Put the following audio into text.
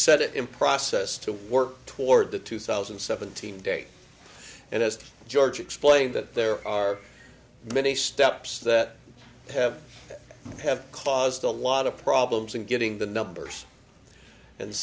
it in process to work toward the two thousand and seventeen date and as george explained that there are many steps that have have caused a lot of problems in getting the numbers and